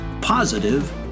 Positive